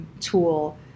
tool